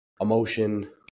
emotion